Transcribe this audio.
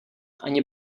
ani